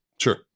Sure